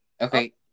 Okay